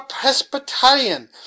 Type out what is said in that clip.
presbyterian